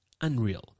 unreal